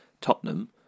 Tottenham